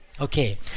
Okay